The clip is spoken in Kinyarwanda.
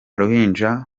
ruhinja